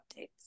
updates